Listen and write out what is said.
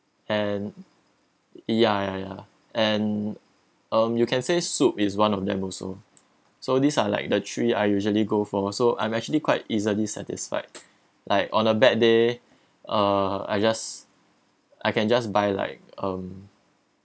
and ya ya ya and um you can say soup is one of them also so these are like the three I usually go for also I'm actually quite easily satisfied like on a bad day uh I just I can just buy like um